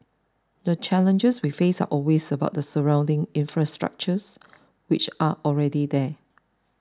the challenges we face are always about the surrounding infrastructures which are already there